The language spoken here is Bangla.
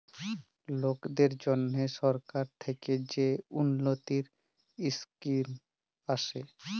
লকদের জ্যনহে সরকার থ্যাকে যে উল্ল্যতির ইসকিম আসে